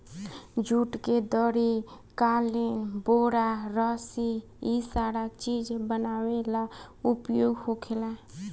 जुट के दरी, कालीन, बोरा, रसी इ सारा चीज बनावे ला उपयोग होखेला